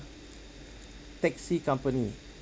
taxi company